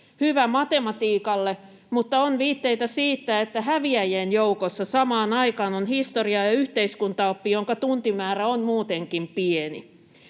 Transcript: Hyvä matematiikalle, mutta on viitteitä siitä, että häviäjien joukossa samaan aikaan ovat historia ja yhteiskuntaoppi, joiden tuntimäärä on muutenkin pieni.